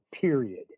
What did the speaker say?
period